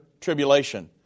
tribulation